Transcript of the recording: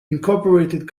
unincorporated